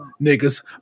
niggas